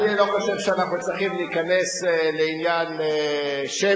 אני לא חושב שאנחנו צריכים להיכנס לעניין שמי,